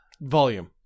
Volume